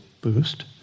boost